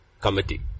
committee